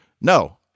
No